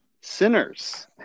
sinners